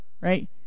right